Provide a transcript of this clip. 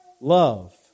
love